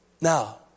Now